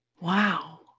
Wow